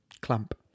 clamp